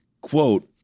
quote